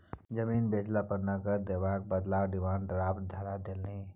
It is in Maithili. जमीन बेचला पर नगद देबाक बदला डिमांड ड्राफ्ट धरा देलनि